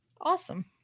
Awesome